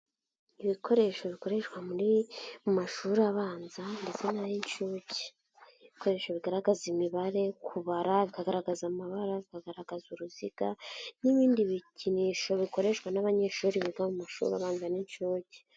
Ibikoresho bikoreshwa muri mu mashuri abanza ndetse n'ay'inshuke, ibikoresho bigaragaza imibare, kubara, bikagaragaza amabara, bikagaragaza uruziga n'ibindi bikinisho bikoreshwa n'abanyeshuri biga mu mashuri abanza n'inshuke.